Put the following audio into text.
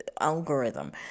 algorithm